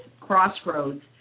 crossroads